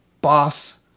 boss